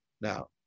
Now